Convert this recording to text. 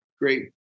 great